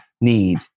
need